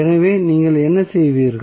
எனவே நீங்கள் என்ன செய்வீர்கள்